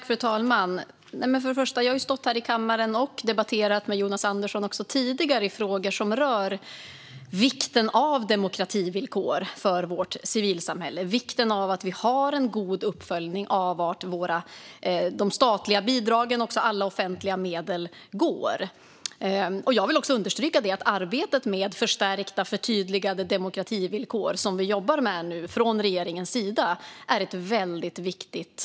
Fru talman! Jag har även tidigare stått här i kammaren och debatterat med Jonas Andersson i frågor som rör vikten av demokrativillkor för vårt civilsamhälle och vikten av att vi har en god uppföljning av vart de statliga bidragen och alla andra offentliga medel går. Jag vill också understryka att arbetet med förstärkta och förtydligade demokrativillkor, som vi nu bedriver från regeringens sida, är väldigt viktigt.